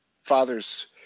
father's